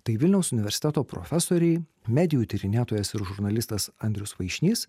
tai vilniaus universiteto profesoriai medijų tyrinėtojas ir žurnalistas andrius vaišnys